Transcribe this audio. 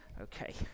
Okay